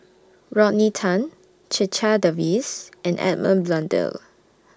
Rodney Tan Checha Davies and Edmund Blundell